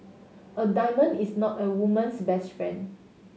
a diamond is not a woman's best friend